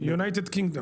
כן.